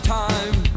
time